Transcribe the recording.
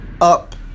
up